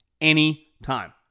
Anytime